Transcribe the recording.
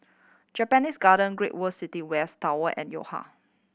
Japanese Garden Great World City West Tower and Yo Ha